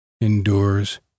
endures